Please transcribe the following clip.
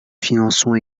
finançons